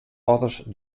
otters